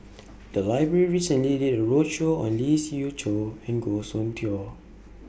The Library recently did A roadshow on Lee Siew Choh and Goh Soon Tioe